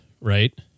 right